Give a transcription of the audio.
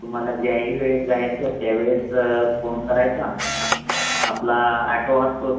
तुम्हाला ज्याही वेळेस जायचं त्याही वेळेस फोन करायचा आपला ॲटो असतोच